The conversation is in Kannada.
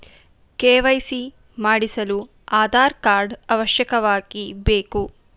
ಕೆ.ವೈ.ಸಿ ಮಾಡಿಸಲು ಆಧಾರ್ ಕಾರ್ಡ್ ಅವಶ್ಯವಾಗಿ ಬೇಕು